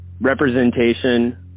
representation